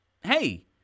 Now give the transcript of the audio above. hey